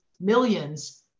millions